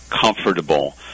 comfortable